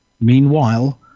Meanwhile